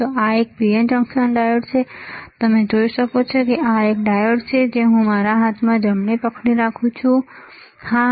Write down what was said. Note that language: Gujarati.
તો આ એક PN જંકશન ડાયોડ છે તમે જોઈ શકો છો કે આ એક ડાયોડ છે જે હું મારા હાથમાં જમણે પકડી રાખું છું હા